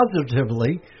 positively